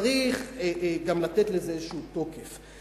צריך גם לתת לזה איזשהו תוקף.